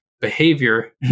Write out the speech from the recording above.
behavior